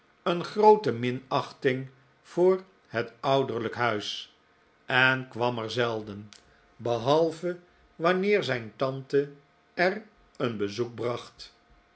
een groote minachting voor het ouderlijk huis en kwam er zelden behalve wanneer zijn tante er een bezoek bracht